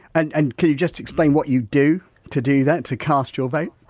and and could you just explain what you do to do that, to cast your vote?